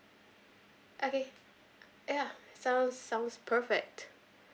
okay ya sounds sounds perfect